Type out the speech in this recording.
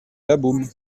labeaume